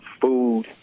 food